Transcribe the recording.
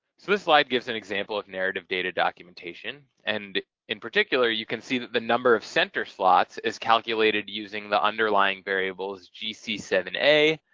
so this slide gives an example of narrative data documentation and in particular, you can see that the number of center slots is calculated using the underlying variables g c seven a,